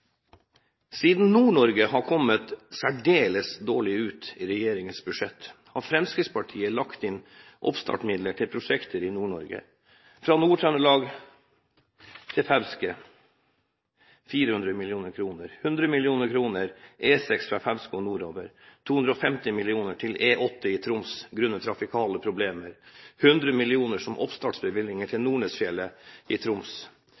Siden Nord-Norge har kommet særdeles dårlig ut i regjeringens budsjett, har Fremskrittspartiet lagt inn oppstartmidler til prosjekter i Nord-Norge – 400 mill. kr fra Nord-Trøndelag til Fauske, 100 mill. kr. til E6 fra Fauske og nordover, 250 mill. kr til E8 i Troms – grunnet trafikale problemer – 100 mill. kr som oppstartbevilgning til Nordnesfjellet i Troms,